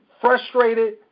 frustrated